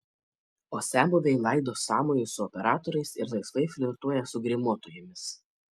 o senbuviai laido sąmojus su operatoriais ir laisvai flirtuoja su grimuotojomis